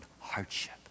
hardship